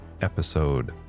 episode